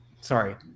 Sorry